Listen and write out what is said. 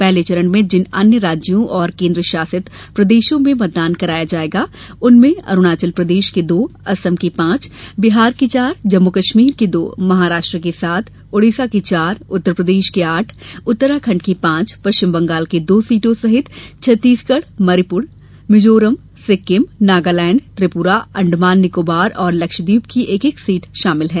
पहले चरण में जिन अन्य राज्यों और केन्द्रशासित प्रदेशों में मतदान कराया जाएगा उनमें अरुणाचल प्रदेश की दो असम की पांच बिहार की चार जम्मू कश्मीर की दो महाराष्ट्र की सात ओड़ीसा की चार उत्तरप्रदेश की आठ उत्तराखंड की पांच पश्चिम बंगाल की दो सीटों सहित छत्तीसगढ़ मणिपुर मिजोरम सिक्किम नगालैंड त्रिपुरा अंडमान निकोबार और लक्ष्यदीप की एक एक सीट शामिल है